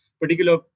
particular